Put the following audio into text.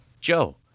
Joe